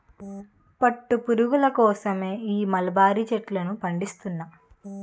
పట్టు పురుగుల కోసమే ఈ మలబరీ చెట్లను పండిస్తున్నా